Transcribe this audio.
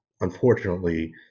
unfortunately